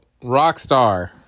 Rockstar